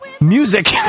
music